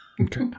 okay